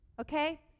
okay